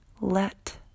Let